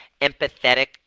empathetic